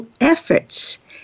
efforts